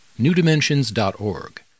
newdimensions.org